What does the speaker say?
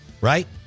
Right